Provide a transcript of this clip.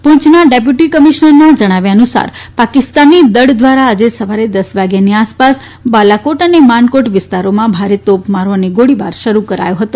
પૂંચના deputy કમિશ્નરના જજ્ઞાવ્યા અનુસાર પાકિસ્તાની દળ દ્વારા આજે સવારે દસ વાગ્યાની આસપાસ બાળાકોટ તથા માનકોટ વિસ્તારોમાં ભારે તોપમારો અને ગોળીબાર શરૂ કરાયો હતો